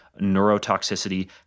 neurotoxicity